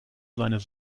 seines